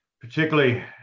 particularly